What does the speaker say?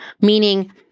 meaning